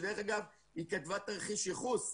שדרך אגב כתבה תרחיש ייחוס,